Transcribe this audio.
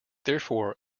therefore